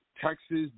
Texas